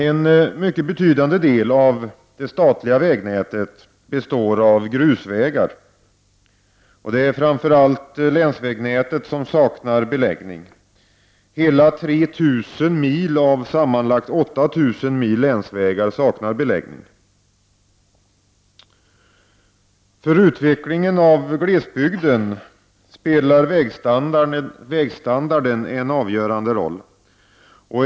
En mycket betydande del av det statliga vägnätet består av grusvägar. Det är framför allt länsvägnätet som saknar beläggning. Hela 3 000 mil av sammanlagt 8 000 mil länsvägar saknar beläggning. För utvecklingen av glesbygden spelar vägstandarden en avgörande roll.